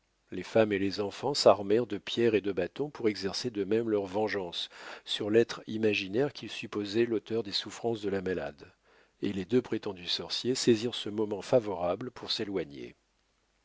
les femmes et les enfants s'armèrent de pierres et de bâtons pour exercer de même leur vengeance sur l'être imaginaire qu'ils supposaient l'auteur des souffrances de la malade et les deux prétendus sorciers saisirent ce moment favorable pour s'éloigner